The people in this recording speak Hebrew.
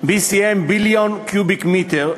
BCM 540,Billion Cubic Meters,